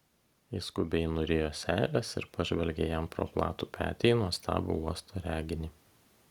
ji skubiai nurijo seiles ir pažvelgė jam pro platų petį į nuostabų uosto reginį